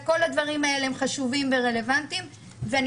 כל הדברים האלה הם חשובים ורלוונטיים ואני